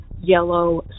yellow